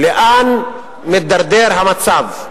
לאן מתדרדר המצב.